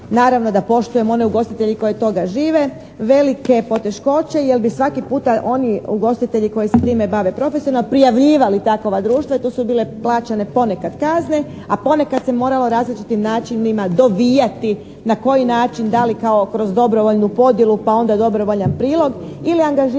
naravno da poštuje one ugostitelje koji od toga žive velike poteškoće jer bi svaki puta oni ugostitelji koji se time bave profesionalno prijavljivali takova društva i tu su bile plaćene ponekad kazne, a ponekad se moralo različitim načinima dobijati na koji način, da li kao kroz dobrovoljnu podjelu, pa onda dobrovoljan prilog ili angažiranjem